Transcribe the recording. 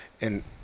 and-